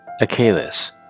Achilles